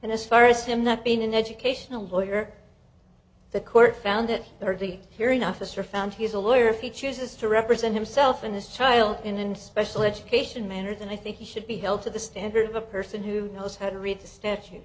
and as far as him not being an educational lawyer the court found that they were the hearing officer found he's a lawyer fee chooses to represent himself and his child in special education manner than i think he should be held to the standard of a person who knows how to read the statu